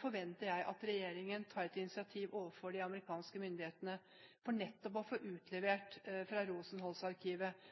forventer jeg at regjeringen tar et initiativ overfor de amerikanske myndighetene for å få utlevert fra Rosenholz-arkivet